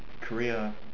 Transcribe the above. Korea